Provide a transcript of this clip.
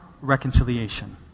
reconciliation